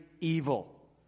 evil